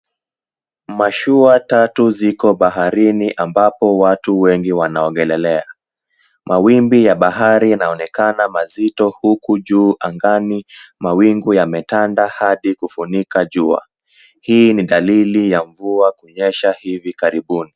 Mashua tatu zipo baharini ambapo watu wengi wanaogelelea. Mawimbi ya bahari yanaonekana mazito huku juu angani mawingu yametanda hadi kufunika jua. Hii ni dalili ya mvua kunyesha hivi karibuni.